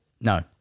No